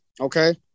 okay